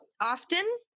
often